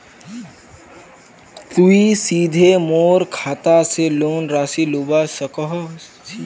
तुई सीधे मोर खाता से लोन राशि लुबा सकोहिस?